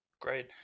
Great